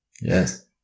Yes